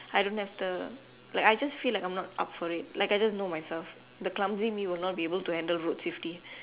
I don't have the like I just feel like I'm not up for it I just know myself the clumsy me will not be able to handle road safety